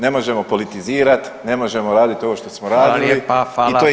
Ne možemo politizirati ne možemo raditi ovo što smo radili i to je